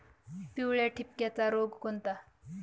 पिवळ्या ठिपक्याचा रोग कोणता?